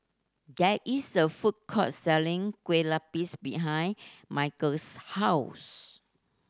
there is a food court selling Kueh Lapis behind Michael's house